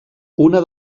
una